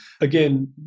Again